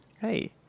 Hey